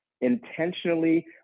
intentionally